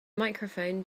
microphone